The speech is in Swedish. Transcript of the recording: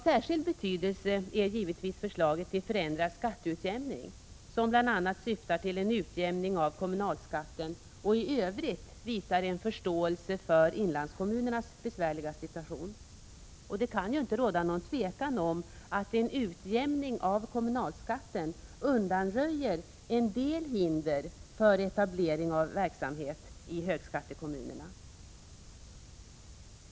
Särskilt viktigt är givetvis förslaget till förändrad skatteutjämning, vilket bl.a. syftar till en utjämning av kommunalskatten, och i övrigt visar en förståelse för inlandskommunernas besvärliga situation. Det kan inte råda något tvivel om att en utjämning av kommunalskatten undanröjer en del hinder för etablering av verksamhet i högskattekommunerna.